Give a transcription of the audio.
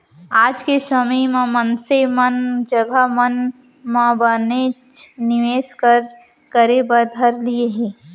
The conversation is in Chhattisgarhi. आज के समे म मनसे मन जघा मन म बनेच निवेस करे बर धर लिये हें